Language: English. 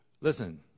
Listen